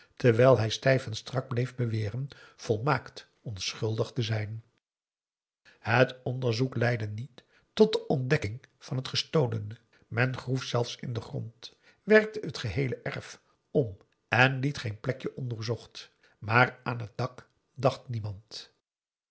terwijl hij stijf en strak bleef beweren volmaakt onschuldig te zijn het onderzoek leidde niet tot de ontdekking van het gestolene men groef zelfs in den grond werkte het geheele erf om en liet geen plekje ondoorzocht maar aan het dak dacht niemand